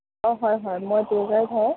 অঁ হয় হয় মই টুৰ গাইড হয়